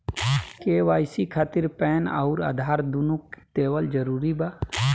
KYC खातिर PAN आउर आधार दुनों देवल जरूरी बा?